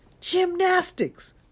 gymnastics